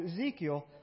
Ezekiel